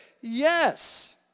Yes